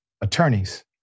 attorneys